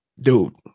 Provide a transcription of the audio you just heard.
dude